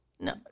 No